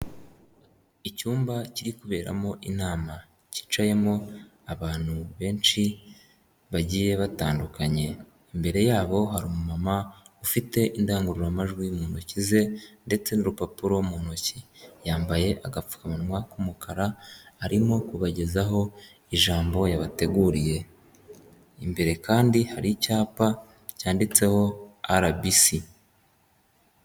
Icyumba kiri kuberamo inama cyicayemo abantu benshi bagiye batandukanye, imbere yabo hari mama ufite indangururamajwi mu ntoki ze ndetse n'urupapuro mu ntoki. Yambaye agapfukamunwa k'umukara arimo kubagezaho ijambo yabateguriye imbere kandi hari icyapa cyanditseho RBC.